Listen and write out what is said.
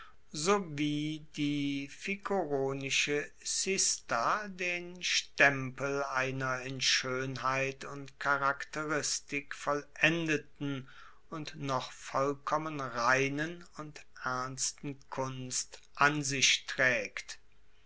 so wie die ficoronische cista den stempel einer in schoenheit und charakteristik vollendeten und noch vollkommen reinen und ernsten kunst an sich traegt